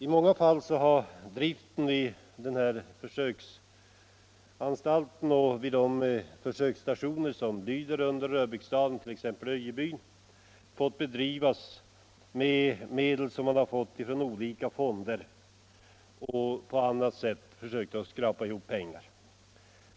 I många fall har verksamheten vid försöksanstalten och vid de försöksstationer som lyder under Röbäcksdalen, t.ex. Öjebyn, fått bedrivas med medel som man fått från olika fonder eller med på annat sätt hopskrapade pengar.